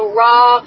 raw